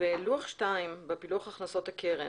בלוח שתיים בפילוח הכנסות הקרן,